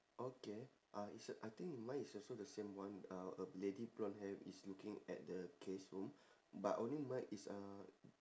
okay uh it's a I think mine is also the same one uh a lady blonde hair is looking at the case room but only mine it's a